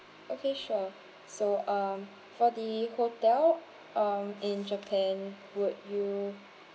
okay sure so um for the hotel um in japan would you